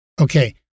Okay